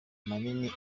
manini